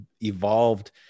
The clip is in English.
evolved